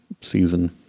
season